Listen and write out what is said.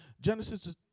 Genesis